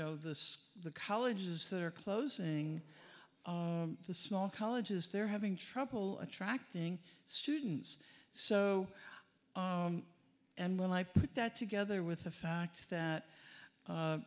know this the colleges that are closing the small colleges they're having trouble attracting students so when i put that together with the fact that